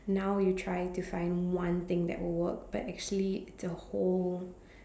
now you try to find one thing that would work but actually it's a whole